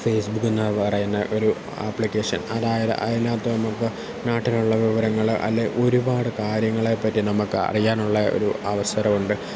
ഫേസ്ബുക്കെന്ന് പറയുന്ന ഒരു അപ്ലിക്കേഷൻ അതായത് അതിനകത്ത് നമുക്ക് നാട്ടിലുള്ള വിവരങ്ങൾ അല്ലെങ്കിൽ ഒരുപാട് കാര്യങ്ങളെപ്പറ്റി നമുക്ക് അറിയാനുള്ള ഒരു അവസരമുണ്ട്